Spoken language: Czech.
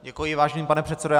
Děkuji, vážený pane předsedo.